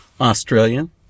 australian